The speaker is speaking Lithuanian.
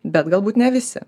bet galbūt ne visi